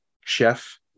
chef